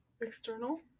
External